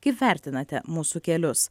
kaip vertinate mūsų kelius